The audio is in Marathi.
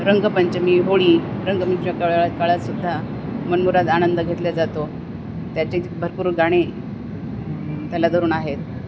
रंगपंचमी होळी काळातसुद्धा मनमुराद आनंद घेतला जातो त्याचे भरपूर गाणे त्याला धरून आहेत